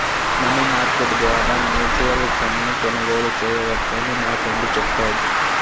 money market ద్వారా mutual ఫండ్ను కొనుగోలు చేయవచ్చని మా ఫ్రెండు చెప్పాడు